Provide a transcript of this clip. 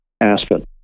aspen